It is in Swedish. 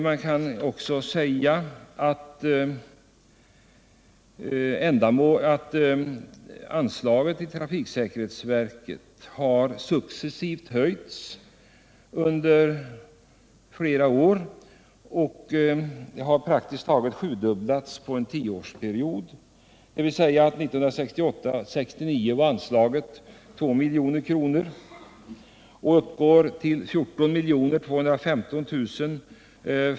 Man kan också konstatera att anslagen till trafiksäkerhetsverket successivt har höjts under flera år och praktiskt taget sjudubblats under en tioårsperiod. För budgetåret 1968/69 var anslaget 2 milj.kr., men det uppgår till 14 215 000 kr.